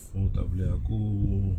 so bilang aku